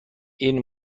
این